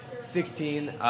Sixteen